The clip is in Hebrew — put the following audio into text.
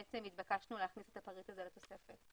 נתבקשנו להכניס את הפריט הזה לתוספת.